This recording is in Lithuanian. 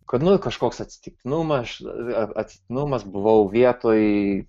kad nu kažkoks atsitiktinumas aš atsitiktinumas buvau vietoj